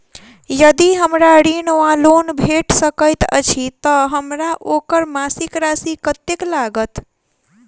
यदि हमरा ऋण वा लोन भेट सकैत अछि तऽ हमरा ओकर मासिक राशि कत्तेक लागत?